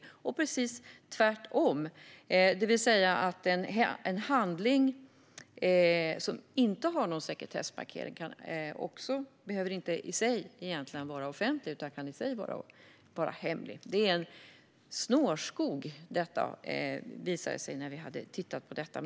Det kan även vara precis tvärtom, det vill säga att en handling som inte har någon sekretessmarkering behöver inte vara offentlig utan kan vara hemlig. När vi tittade på detta visade det sig vara en snårskog.